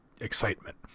excitement